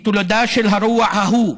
היא תולדה של הרוע ההוא,